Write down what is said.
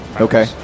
Okay